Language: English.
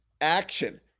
action